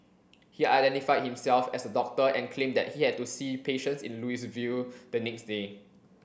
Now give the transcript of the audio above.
he identified himself as a doctor and claimed that he had to see patients in Louisville the next day